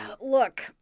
Look